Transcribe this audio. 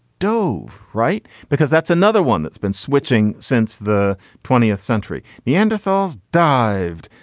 do right because that's another one that's been switching since the twentieth century. neanderthals dived.